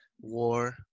war